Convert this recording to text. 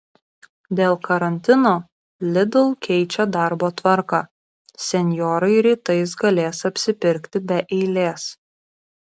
dėl karantino lidl keičia darbo tvarką senjorai rytais galės apsipirkti be eilės